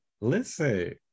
listen